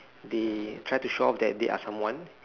they try to show off that they are someone